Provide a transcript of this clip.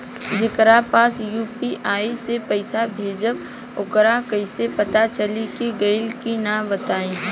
जेकरा पास यू.पी.आई से पईसा भेजब वोकरा कईसे पता चली कि गइल की ना बताई?